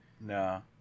No